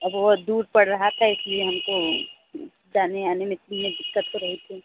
अब वह दूर पड़ रहा था इस लिए हम को जाने आने जाने में दिक्कत हो रही थी